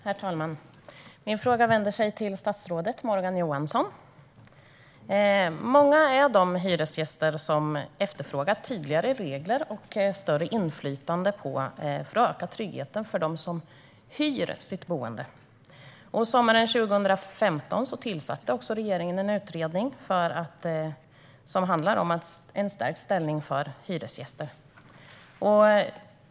Herr talman! Min fråga går till statsrådet Morgan Johansson. Många är de hyresgäster som efterfrågar tydligare regler och större inflytande för att öka tryggheten för dem som hyr sitt boende. Sommaren 2015 tillsatte också regeringen en utredning som handlar om en stärkt ställning för hyresgäster.